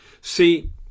See